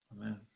Amen